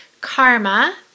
karma